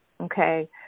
okay